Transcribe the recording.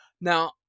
Now